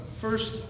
first